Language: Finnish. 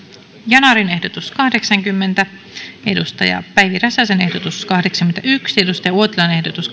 yanarin ehdotus kahdeksankymmentä päivi räsäsen ehdotus kahdeksankymmentäyksi kari uotilan ehdotus